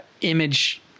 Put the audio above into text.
image